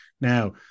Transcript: Now